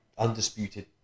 undisputed